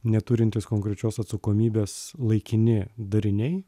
neturintys konkrečios atsakomybės laikini dariniai